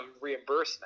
reimbursement